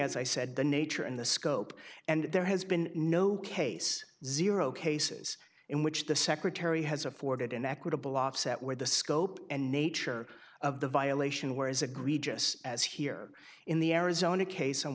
as i said the nature and the scope and there has been no case zero cases in which the secretary has afforded an equitable offset where the scope and nature of the violation were as agreed just as here in the arizona case